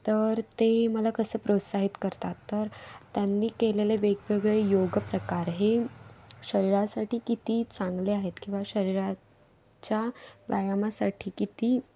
तर ते मला कसं प्रोत्साहित करतात तर त्यांनी केलेले वेगवेगळे योग प्रकार हे शरीरासाठी किती चांगले आहेत किंवा शरीराच्या व्यायामासाठी किती